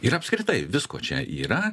ir apskritai visko čia yra